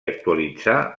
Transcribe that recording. actualitzar